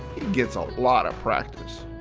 gets a lot of practise.